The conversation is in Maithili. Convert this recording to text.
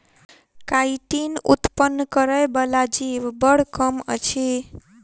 काइटीन उत्पन्न करय बला जीव बड़ कम अछि